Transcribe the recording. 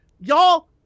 y'all –